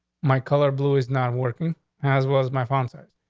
my color blue is not working as was my father said,